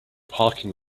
parking